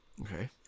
Okay